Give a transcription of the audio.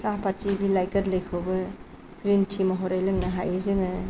साहाफाथि बिलाइ गोरलैखौबो green tea महरै लोंनो हायो जोङो